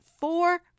four